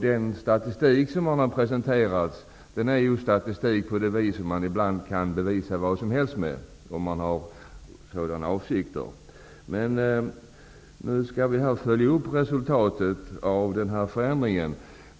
Den statistik som man har presenterat är sådan statistik som man ibland kan bevisa vad som helst med, om man har sådana avsikter. Nu skall vi följa upp resultatet av den här förändringen.